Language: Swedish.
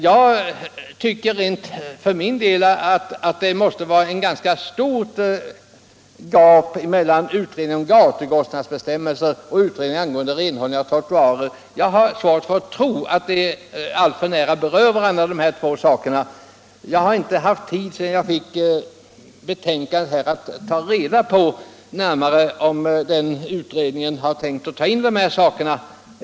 Jag tycker för min del att det måste vara ett ganska stort gap mellan en sådan utredning om gatukostnadsbestämmelser och en utredning angående renhållningen av trottoarer. Jag har svårt att tro att dessa två frågor särskilt nära berör varandra. Jag har sedan jag fått betänkandet inte haft tid att ta närmare reda på om den utredningen har tänkt ta upp de här sakerna.